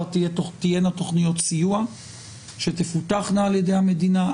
תהיינה תכניות סיוע שתפותחנה על-ידי המדינה.